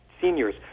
seniors